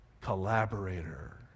collaborator